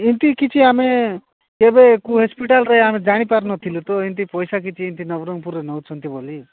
ଏମିତି କିଛି ଆମେ କେବେ କୋଉ ହସ୍ପିଟାଲରେ ଆମେ ଜାଣିପାରୁନଥିଲୁ ତ ଏମିତି ପଇସା କିଛି ଏମିତି ନବରଙ୍ଗପୁରରେ ନେଉଛନ୍ତି ବୋଲି